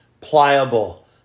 pliable